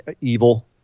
Evil